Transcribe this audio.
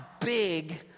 big